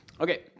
Okay